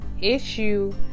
issue